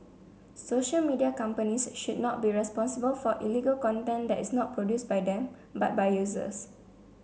social media companies should not be responsible for illegal content that is not produced by them but by users